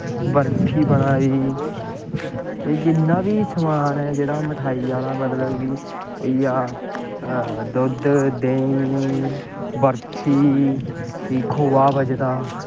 बर्फी बना दी एह् जिन्ना बी समान ऐ मठेआई आह्ला मतलब कि होइया दुद्ध देहीं बर्फी खोहा बजदा